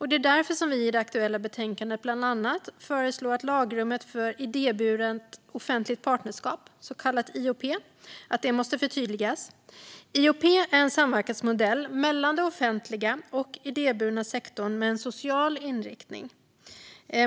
Det är därför vi i det aktuella betänkandet bland annat föreslår att lagrummet för idéburet offentligt partnerskap, så kallat IOP, måste förtydligas. IOP är en samverkansmodell mellan det offentliga och den idéburna sektorn med en social inriktning.